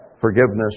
forgiveness